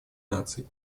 наций